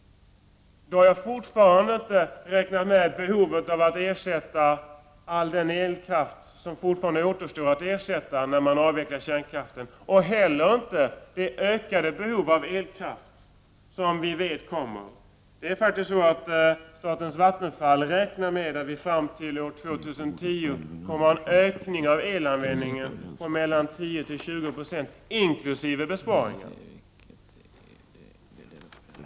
Då har jag fortfarande inte räknat med behovet av att ersätta all den elkraft som fortfarande återstår att ersätta vid en avveckling av kärnkraften och heller inte med det ökade behov av elkraft som vi vet kommer. Vattenfall räknar med att vi fram till år 2010 kommer att få en ökning av elanvändningen på 10-20 26 inkl. besparingar.